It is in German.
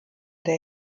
der